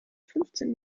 fünfzehn